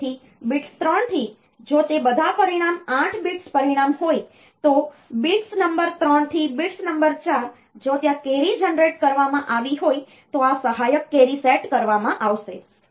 તેથી bits 3 થી જો તે બધા પરિણામ 8 bits પરિણામ હોય તો bits નંબર 3 થી bits નંબર 4 જો ત્યાં કેરી જનરેટ કરવામાં આવી હોય તો આ સહાયક કેરી સેટ કરવામાં આવશે